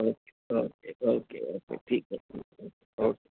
okay okay okay okay ठीक आहे ठीक आहे ओके